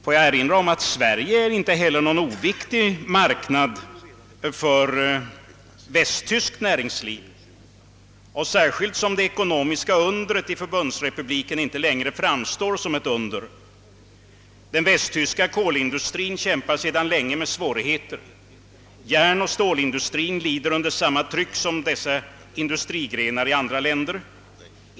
Jag vill erinra om att Sverige inte är någon oviktig marknad för västtyskt närings liv, särskilt som det ekonomiska undret i förbundsrepubliken inte längre framstår som ett under. Den västtyska kolindustrin kämpar sedan länge med svårigheter, järnoch stålindustrin lider under samma tryck som dessa industrigrenar i andra länder.